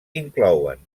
inclouen